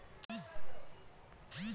बेसी फसल खेत मे या पानि मे उपजाएल जाइ छै